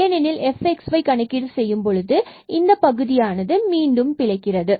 ஏனெனில் fxy கணக்கீடு செய்யும் போது இந்தப் x or y பகுதியானது மட்டும் பிழைக்கிறது